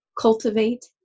cultivate